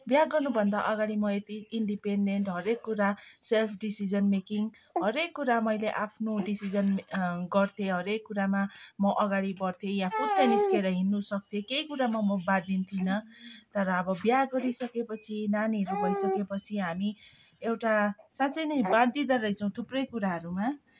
बिहा गर्नुभन्दा अगाडि म यति इन्डिपेन्डेन्ट हरेक कुरा सेल्फ डिसिसन मेकिङ हरेक कुरा मैले आफ्नो डिसिसन गर्थेँ हरेक कुरामा म अगाडि बढ्थेँ या फुत्तै निस्केर हिँड्नु सक्थेँ केही कुरामा म बाधिन्थिनँ तर अब बिहा गरिसकेपछि नानीहरू भइसकेपछि हामी एउटा साँच्चै नै बाँधिदो रहेछौँ थुप्रै कुराहरूमा